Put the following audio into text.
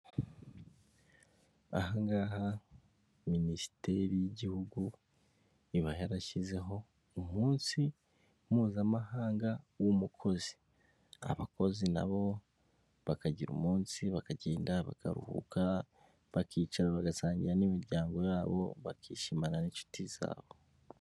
Aha ngaha minisiteri y'igihugu iba yarashyizeho umunsi mpuzamahanga w'umukozi, abakozi na bo bakagira umunsi bakagenda bakaruhuka bakicara bagasangira n'imiryango yabo bakishimana n'inshuti zabo.